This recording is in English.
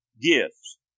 gifts